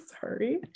sorry